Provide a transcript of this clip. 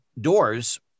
doors